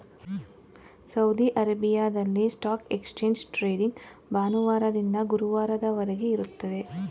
Saudi ಅರೇಬಿಯಾದಲ್ಲಿ stock exchange trading ಭಾನುವಾರದಿಂದ ಗುರುವಾರದವರೆಗೆ ಇರುತ್ತದೆ